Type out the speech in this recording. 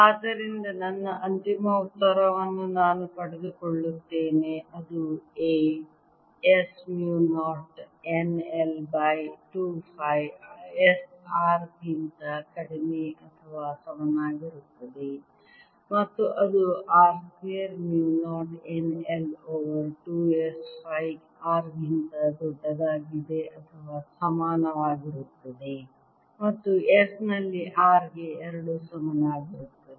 ಆದ್ದರಿಂದ ನನ್ನ ಅಂತಿಮ ಉತ್ತರವನ್ನು ನಾನು ಪಡೆದುಕೊಂಡಿದ್ದೇನೆ ಅದು A s mu 0 n I by 2 pi s R ಗಿಂತ ಕಡಿಮೆ ಅಥವಾ ಸಮನಾಗಿರುತ್ತದೆ ಮತ್ತು ಅದು R square mu 0 n I over 2 s pi R ಗಿಂತ s ದೊಡ್ಡದಾಗಿದೆ ಅಥವಾ ಸಮಾನವಾಗಿರುತ್ತದೆ ಮತ್ತು s ನಲ್ಲಿ R ಗೆ ಎರಡೂ ಸಮನಾಗಿರುತ್ತದೆ